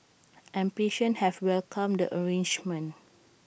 and patients have welcomed the arrangement